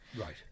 Right